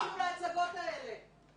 אל תאמינו להצגות האלה.